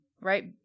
right